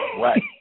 Right